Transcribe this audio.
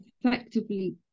effectively